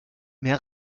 mehr